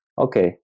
okay